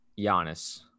Giannis